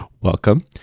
welcome